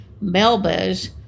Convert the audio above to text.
melba's